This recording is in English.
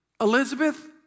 Elizabeth